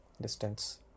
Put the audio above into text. distance